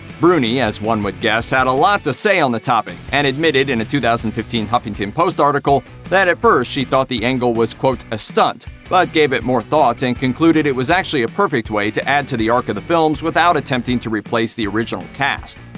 bruni, as one would guess, had a lot to say on the topic, and admitted in a two thousand and fifteen huffington post article that at first she thought the angle was, quote, a stunt, but gave it more thought and concluded it was actually a perfect way to add to the arc of the films without attempting to replace the original cast.